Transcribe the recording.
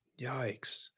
Yikes